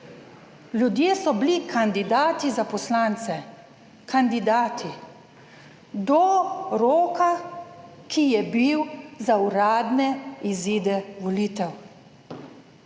ljudje so bili kandidati za poslance, kandidati do roka, ki je bil za uradne izide volitev.